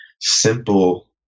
simple